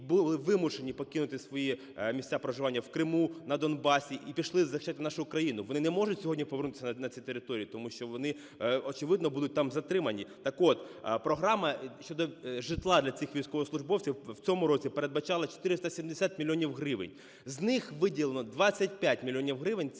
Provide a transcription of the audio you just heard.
були вимушені покинути свої місця проживання в Криму, на Донбасі і пішли захищати нашу Україну. Вони не можуть сьогодні повернутися на ці території, тому що вони, очевидно, будуть там затримані. Так от, програма щодо житла для цих військовослужбовців у цьому році передбачалось 470 мільйонів гривень, з них виділено 25 мільйонів